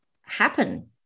happen